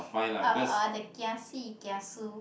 uh uh the kiasi kiasu